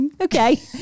okay